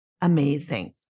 amazing